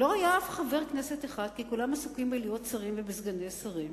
לא היה אף חבר כנסת אחד כי כולם עסוקים בלהיות שרים וסגני שרים,